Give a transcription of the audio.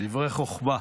דברי חוכמה.